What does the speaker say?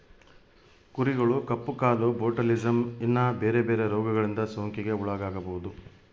ಕುರಿಗಳು ಕಪ್ಪು ಕಾಲು, ಬೊಟುಲಿಸಮ್, ಇನ್ನ ಬೆರೆ ಬೆರೆ ರೋಗಗಳಿಂದ ಸೋಂಕಿಗೆ ಒಳಗಾಗಬೊದು